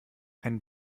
ein